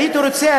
הייתי רוצה,